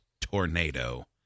tornado